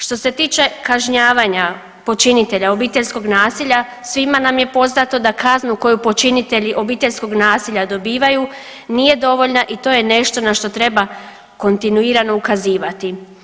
Što se tiče kažnjavanja počinitelja obiteljskog nasilja svima nam je poznato da kaznu koju počinitelji obiteljskog nasilja dobivaju nije dovoljna i to je nešto na što treba kontinuirano ukazivati.